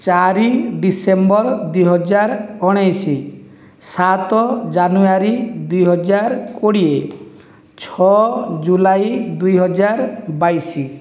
ଚାରି ଡ଼ିସେମ୍ବର ଦୁଇ ହଜାର ଉଣେଇଶି ସାତ ଜାନୁଆରୀ ଦୁଇ ହଜାର କୋଡ଼ିଏ ଛଅ ଜୁଲାଇ ଦୁଇ ହଜାର ବାଇଶି